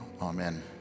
amen